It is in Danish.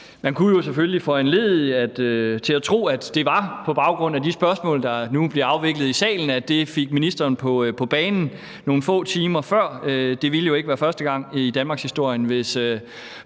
Man kunne jo selvfølgelig foranlediges til at tro, at det er de spørgsmål, der nu bliver afviklet her i salen, der har fået ministeren på banen nogle få timer før. Det ville jo ikke være første gang i danmarkshistorien, hvis